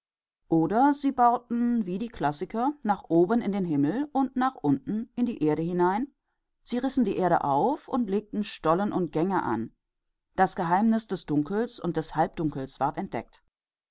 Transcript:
oder sie bauten wie die klassiker nach oben in den himmel nach unten in die erde hinein sie rissen die erde auf und legten stollen und gänge an das geheimnis des dunkels und des halbdunkels wurde entdeckt